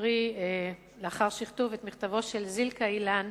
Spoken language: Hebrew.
להקריא לאחר שכתוב את מכתבו של זילכה אילן,